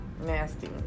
nasty